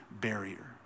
barrier